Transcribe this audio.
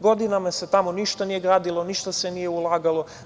Godinama se tamo ništa nije gradilo, ništa se nije ulagalo.